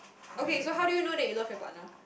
okay so how do you know that you love your partner